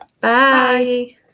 bye